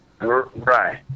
Right